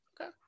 Okay